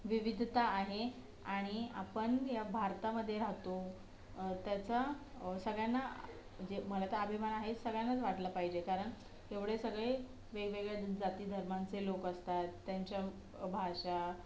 विविधता आहे आणि आपण या भारतामध्ये राहतो त्याचा सगळ्यांना जे मला तर अभिमान आहेच सगळ्यांनाच वाटला पाहिजे कारण एवढे सगळे वेगवेगळे जातीधर्मांचे लोकं असतात त्यांच्या भाषा